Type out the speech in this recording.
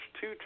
two